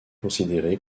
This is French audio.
considéré